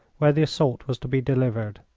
where the assault was to be delivered.